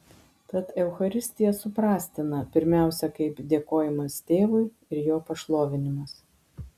tad eucharistija suprastina pirmiausia kaip dėkojimas tėvui ir jo pašlovinimas